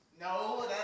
No